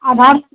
आधार